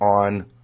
on